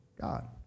God